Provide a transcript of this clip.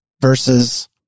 versus